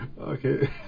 Okay